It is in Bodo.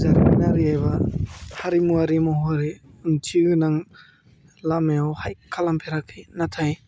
जारिमिनारि एबा हारिमुवारि महरै ओंथि गोनां लामायाव हाइ खालामफेराखै नाथाय